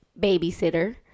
babysitter